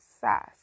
sass